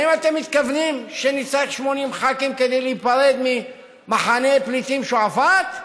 האם אתם מתכוונים שנצטרך 80 ח"כים כדי להיפרד ממחנה הפליטים שועפאט?